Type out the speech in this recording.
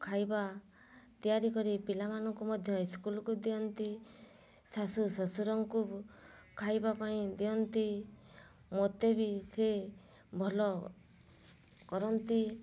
ଖାଇବା ତିଆରି କରି ପିଲାମାନଙ୍କୁ ମଧ୍ୟ ଇସ୍କୁଲ୍କୁ ଦିଅନ୍ତି ଶାଶୁ ଶ୍ଵଶୁରଙ୍କୁ ବୋ ଖାଇବା ପାଇଁ ଦିଅନ୍ତି ମୋତେ ବି ସିଏ ଭଲ କରନ୍ତି